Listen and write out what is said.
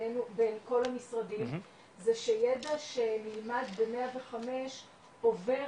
בינינו לבין כל המשרדים זה שידע שנלמד ב-105 עובר